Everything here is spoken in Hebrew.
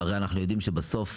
הרי אנחנו יודעים שבסוף,